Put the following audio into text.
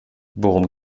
worum